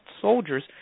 soldiers